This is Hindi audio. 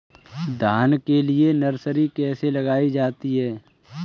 धान के लिए नर्सरी कैसे लगाई जाती है?